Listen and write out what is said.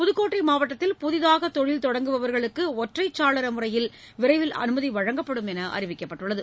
புதுக்கோட்டை மாவட்டத்தில் புதிதாக தொழில் தொடங்குபவர்களுக்கு ஒற்றைச் சாளர முறையில் விரைவில் அனுமதி வழங்கப்படும் என்று அறிவிக்கப்பட்டுள்ளது